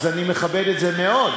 אז אני מכבד את זה מאוד,